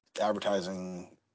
advertising